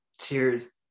cheers